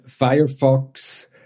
Firefox